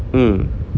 mm